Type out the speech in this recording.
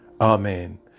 Amen